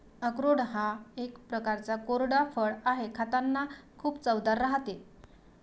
अक्रोड हा एक प्रकारचा कोरडा फळ आहे, खातांना खूप चवदार राहते